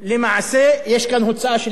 יש כאן הוצאה של 100 שקל יותר בחודש,